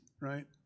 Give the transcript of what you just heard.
right